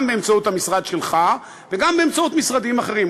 גם באמצעות המשרד שלך וגם באמצעות משרדים אחרים.